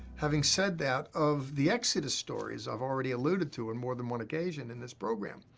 having said that, of the exodus stories i've already alluded to in more than one occasion in this program,